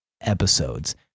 episodes